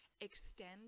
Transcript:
extend